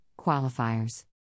qualifiers